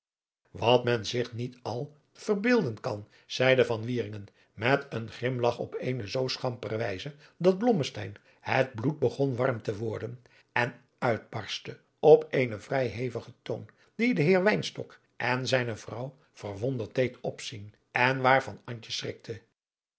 wat men zich niet al verbeelden kan zeide van wieringen met een grimlach op eene zoo schampere wijze dat blommesteyn het bloed begon warm te worden en uitbarstte op eenen vrij hevigen toon die den heer wynstok en zijne vrouw verwonderd deed opzien en waarvan